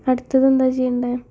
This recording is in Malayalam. അടുതത്ത് എന്താ ചെയ്യേണ്ടത്